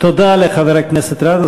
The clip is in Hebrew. תודה לחבר הכנסת גטאס.